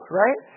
right